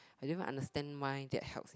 I didn't even understand why that helps